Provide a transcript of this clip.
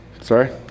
sorry